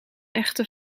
echte